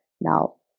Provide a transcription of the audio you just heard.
Now